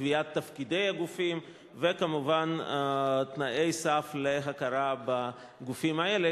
קביעת תפקידי הגופים וכמובן תנאי סף להכרה בגופים האלה,